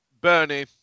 Bernie